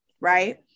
right